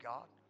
God